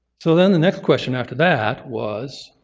so then the next question after that was,